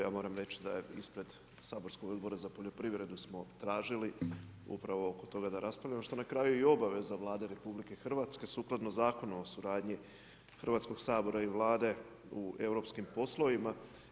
Ja moram reći da je ispred saborskog Odbora za poljoprivredu smo tražili upravo oko toga da raspravljamo, što je na kraju i obaveza Vlade RH, sukladno Zakona o suradnji i Hrvatskog sabora i Vlade u europskim poslovima.